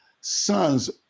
sons